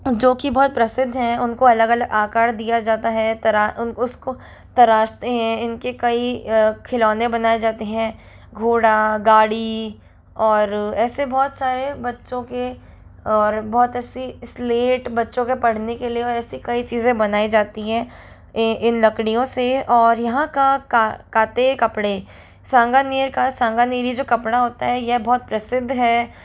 जो कि बहुत प्रसिद्ध हैं उनको अलग अलग आकार दिया जाता है तरा उन उसको तराशते हैं इनके कई खिलौने बनाए जाते हैं घोड़ा गाड़ी और ऐसे बहुत सारे बच्चों के और बहुत ऐसी इस्लेट बच्चों के पढ़ने के लिए और ऐसी कई चीज़ें बनाई जाती हैं इन लकड़ियों से और यहाँ का काते कपड़े सांगानेर का सांगानेरी जो कपड़ा होता है यह बहुत प्रसिद्ध है